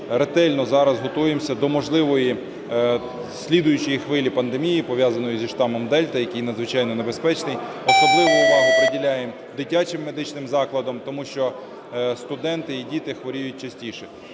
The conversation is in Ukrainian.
ретельно зараз готуємося до можливої слідуючої хвилі пандемії, пов'язаної зі штамом "Дельта", який надзвичайно небезпечний. Особливу увагу приділяємо дитячим медичним закладам. Тому що студенти і діти хворіють частіше.